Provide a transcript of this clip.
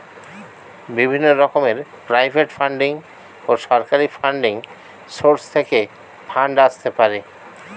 বিভিন্ন রকমের private funding ও সরকারি ফান্ডিং সোর্স থেকে ফান্ড আসতে পারে